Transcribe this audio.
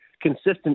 consistent